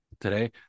today